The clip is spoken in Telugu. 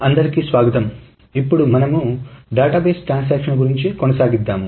అందరికీ స్వాగతం ఇప్పుడు మనము డేటాబేస్ ట్రాన్సాక్షన్లను గురించి కొనసాగిద్దాం